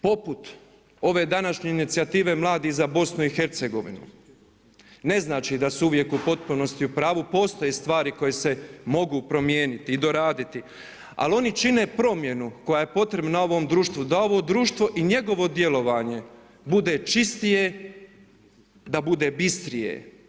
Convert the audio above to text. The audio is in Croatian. Poput ove današnje inicijative „Mladi za BiH“ ne znači da su uvijek u potpunosti u pravu, postoje stvari koje se mogu promijeniti i doraditi, ali oni čine promjenu koja je potrebna ovom društvu, da ovo društvo i njegovo djelovanje bude čistije, da bude bistrije.